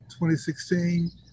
2016